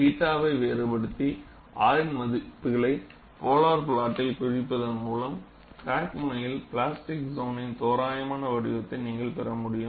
θ வை வேறுபடுத்தி r இன் மதிப்புகளைக் போலார் ப்லாட்டில் குறிப்பதன் மூலம் கிராக் முனையில் பிளாஸ்டிக் சோனின் தோராயமான வடிவத்தை நீங்கள் பெற முடியும்